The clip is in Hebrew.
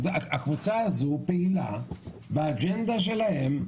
הקבוצה הזאת פעילה באג'נדה שלהם,